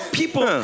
people